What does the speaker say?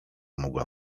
mogła